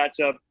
matchup